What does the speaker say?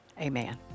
amen